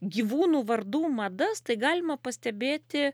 gyvūnų vardų madas tai galima pastebėti